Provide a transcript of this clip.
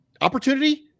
opportunity